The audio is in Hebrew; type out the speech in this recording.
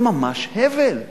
ממש הבל.